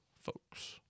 folks